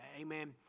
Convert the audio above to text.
Amen